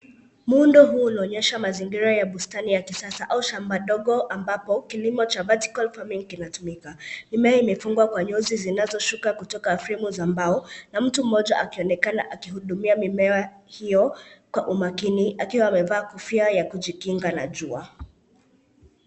Mundo huu unaonyesha mazingira ya bustani ya kisasa au shamba ndogo ambako kilimo cha (cs)verticle farming(cs) kinatumika. Mimea imefungwa kwa nyuzi zinazoshuka kutoka kwa fremu za mbao, na mtu mmoja akionekana akihudumia mimea hiyo kwa umakini akiwa amevaa kofia ya kujikinga na jua.